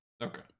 okay